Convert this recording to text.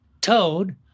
Toad